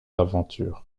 aventures